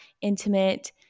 intimate